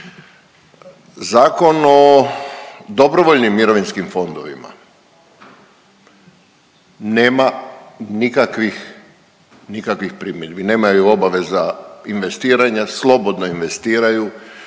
Zakon o dobrovoljnim mirovinskim fondovima nema nikakvih primjedbi, nemaju obaveza investiranja, slobodno investiraju.